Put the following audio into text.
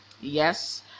yes